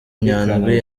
nyandwi